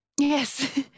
Yes